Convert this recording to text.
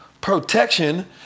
protection